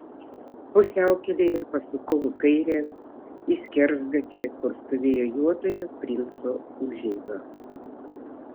pusiaukelėje pasukau į kairę į skersgatvį kur stovėjo juodojo princo užeiga